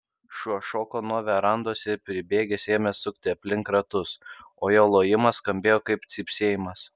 šuo šoko nuo verandos ir pribėgęs ėmė sukti aplink ratus o jo lojimas skambėjo kaip cypsėjimas